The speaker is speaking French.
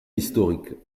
historique